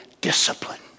discipline